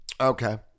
Okay